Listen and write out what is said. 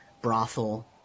brothel